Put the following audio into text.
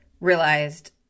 realized